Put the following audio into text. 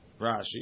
Rashi